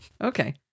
Okay